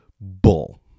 Bull